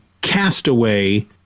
Castaway